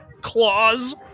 claws